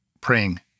praying